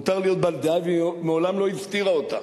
מותר להיות בעל דעה, והיא מעולם לא הסתירה אותה.